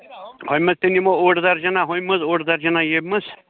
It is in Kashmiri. ہۅمہِ منٛز تہِ نِمَو اوٚڑ درجَنا ہۅمہِ منٛز اوٚڑ درجَنا ییٚمہِ منٛز